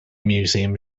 museum